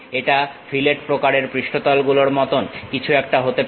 এটা ফিলেট প্রকারের পৃষ্ঠতলগুলোর মতন কিছু একটা হতে পারে